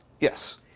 Yes